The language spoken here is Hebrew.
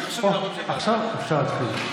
עכשיו אפשר להתחיל.